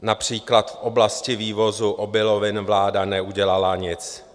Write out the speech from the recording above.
Například v oblasti vývozu obilovin vláda neudělala nic.